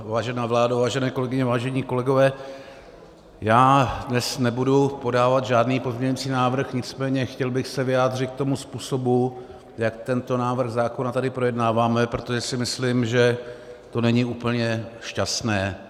Vážená vládo, vážené kolegyně, vážení kolegové, dnes nebudu podávat žádný pozměňovací návrh, nicméně chtěl bych se vyjádřit ke způsobu, jak tento návrh zákona tady projednáváme, protože si myslím, že to není úplně šťastné.